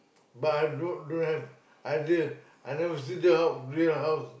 but I don't have I never I never see the real house